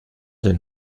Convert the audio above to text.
den